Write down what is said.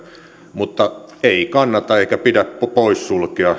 mutta ei kannata eikä pidä poissulkea